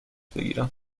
بگیرم